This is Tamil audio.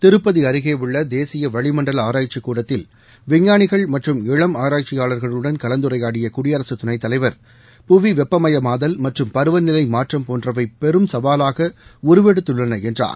திருப்பதி அருகே உள்ள தேசிய வளிமண்டல ஆராய்ச்சிக் கூடத்தில் விஞ்ஞானிகள் மற்றும் இளம் ஆராய்ச்சியாளர்களுடன் கலந்துரையாடிய குடியரசு துணைத் தலைவர் புவி வெப்பமயமாதல் மற்றும் பருவநிலை மாற்றம் போன்றவை பெரும் சவாலாக உருவெடுத்துள்ளன என்றார்